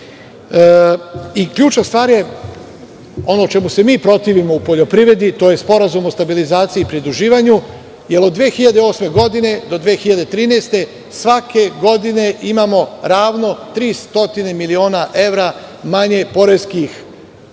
karakter. Ključna stvar je ono o čemu se mi protivimo u poljoprivredi, to je Sporazum o stabilizaciji i pridruživanju, jer od 2008. godine do 2013. svake godine imamo ravno tri stotine miliona evra manje poreskih